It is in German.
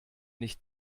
nicht